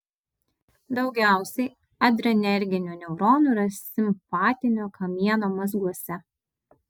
daugiausiai adrenerginių neuronų yra simpatinio kamieno mazguose